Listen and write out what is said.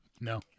no